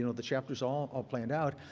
you know the chapters all ah planned out.